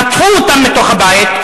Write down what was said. חטפו אותם מתוך הבית,